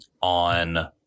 on